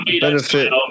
benefit